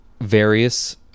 various